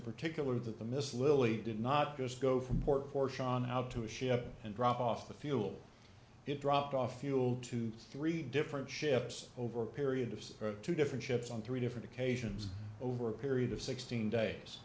particular that the miss lilly did not just go from port fourchon out to a ship and drop off the fuel it dropped off fuel to three different ships over a period of two different ships on three different occasions over a period of sixteen days